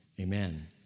Amen